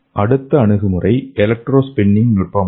அடுத்த அணுகுமுறை electrospinning நுட்பமாகும்